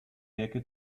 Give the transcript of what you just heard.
werke